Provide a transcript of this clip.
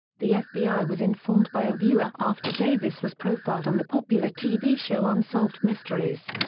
the fbi was informed by a viewer after davis was profiled on the popular tv show unsolved mysteries.